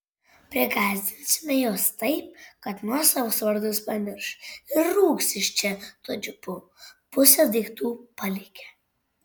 prigąsdinsime juos taip kad nuosavus vardus pamirš ir rūks iš čia tuo džipu pusę daiktų palikę